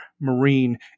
marine